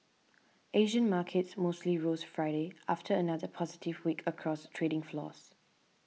Asian markets mostly rose Friday after another positive week across trading floors